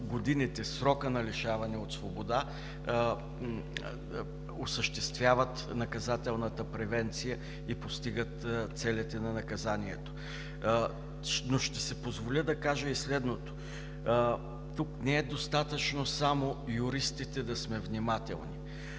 годините, срокът на лишаване от свобода осъществяват наказателната превенция и постигат целите на наказанието. Но ще си позволя да кажа и следното – тук не е достатъчно само юристите да сме внимателни,